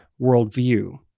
worldview